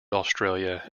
australia